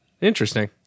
Interesting